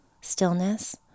stillness